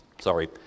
sorry